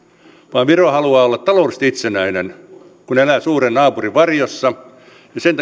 vaan viro haluaa olla taloudellisesti itsenäinen kun elää suuren naapurin varjossa sen